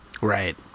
Right